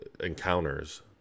Encounters